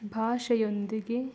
ಭಾಷೆಯೊಂದಿಗೆ